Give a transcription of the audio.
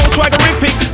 Swaggerific